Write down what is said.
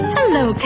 Hello